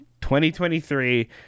2023